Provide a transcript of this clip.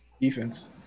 Defense